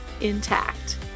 intact